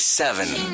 Seven